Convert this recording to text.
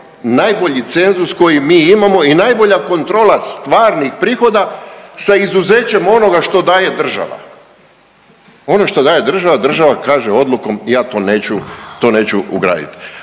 najbolji cenzus koji mi imamo i najbolja kontrola stvarnih prihoda sa izuzećem onoga što daje država. Ono što daje država, država kaže odlukom ja to neću, to